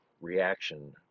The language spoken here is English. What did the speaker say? reaction